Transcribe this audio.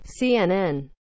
CNN